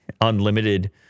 Unlimited